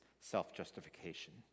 self-justification